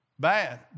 bad